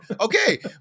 Okay